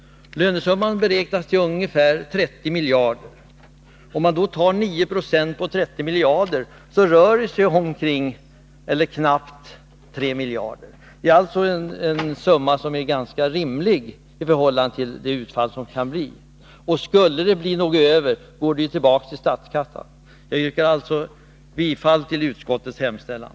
Lönesumman beräknas till ungefär 30 miljarder. 9 70 på 30 miljarder blir omkring eller knappt 3 miljarder — det är alltså en ganska rimlig summa i förhållande till det utfall som kan bli. Och skulle det bli något över går pengarna tillbaka till statskassan. Jag yrkar alltså bifall till utskottets hemställan.